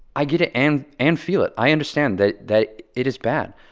i get it and and feel it. i understand that that it is bad.